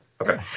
Okay